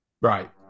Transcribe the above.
Right